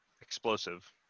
explosive